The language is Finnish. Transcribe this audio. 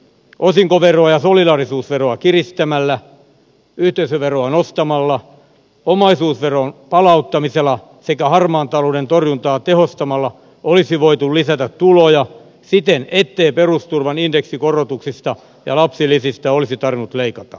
osinkoveroa ja solidaarisuusveroa kiristämällä yhteisöveroa nostamalla omaisuusveron palauttamisella sekä harmaan talouden torjuntaa tehostamalla olisi voitu lisätä tuloja siten ettei perusturvan indeksikorotuksista ja lapsilisistä olisi tarvinnut leikata